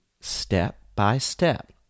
step-by-step